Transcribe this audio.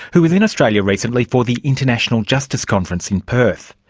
who was in australia recently for the international justice conference in perth.